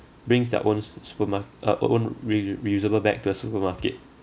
brings their own superma~ uh own reu~ reusable bag to the supermarket